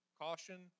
caution